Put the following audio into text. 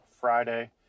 Friday